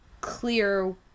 clear